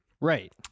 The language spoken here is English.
right